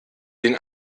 den